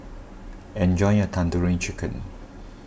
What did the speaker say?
enjoy your Tandoori Chicken